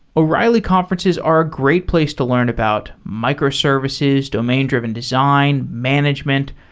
o'reilly conferences are a great place to learn about microservices, domain-driven design, management,